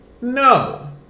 No